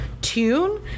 tune